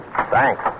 Thanks